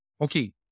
okay